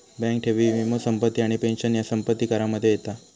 bank ठेवी, वीमो, संपत्ती आणि पेंशन ह्या संपत्ती करामध्ये येता